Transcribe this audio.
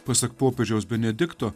pasak popiežiaus benedikto